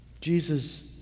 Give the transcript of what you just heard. Jesus